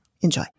enjoy